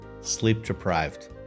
sleep-deprived